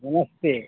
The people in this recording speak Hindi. नमस्ते